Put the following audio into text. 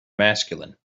masculine